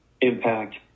impact